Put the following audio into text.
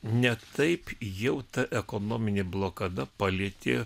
ne taip jau ta ekonominė blokada palietė